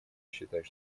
считать